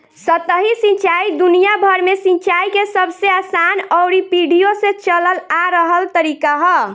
सतही सिंचाई दुनियाभर में सिंचाई के सबसे आसान अउरी पीढ़ियो से चलल आ रहल तरीका ह